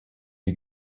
die